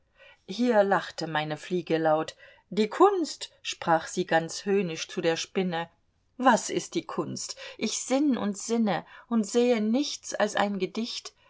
hier lachte meine fliege laut die kunst sprach sie ganz höhnisch zu der spinne was ist die kunst ich sinn und sinne und sehe nichts als ein gedicht